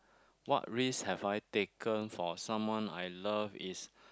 what risk have I taken for someone I love is